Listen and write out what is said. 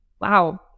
wow